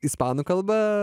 ispanų kalba